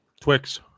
Twix